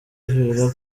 villa